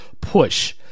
push